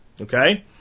okay